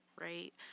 right